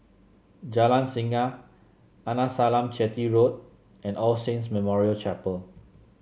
Jalan Singa Arnasalam Chetty Road and All Saints Memorial Chapel